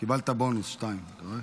קיבלת בונוס, שתיים, אתה רואה?